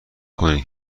کنید